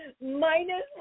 minus